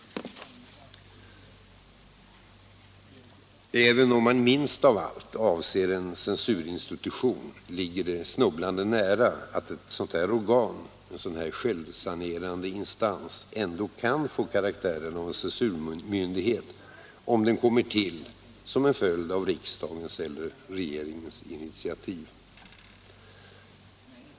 Även om man minst av allt avser en censurinstitution ligger det snubblande nära att ett sådant organ, en sådan självsanerande instans, ändå kan få karaktären av censurmyndighet, om den kommer till som en följd av ett riksdagens eller regeringens initiativ.